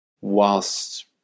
whilst